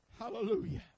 Hallelujah